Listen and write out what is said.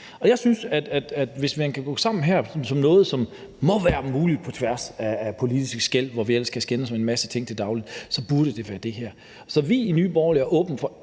Jeg synes, at hvis man kan gå sammen her om noget, som må være muligt på tværs af politiske skel, og hvor vi ellers kan skændes om en masse ting til daglig, så burde det være det her. Så vi i Nye Borgerlige er åbne over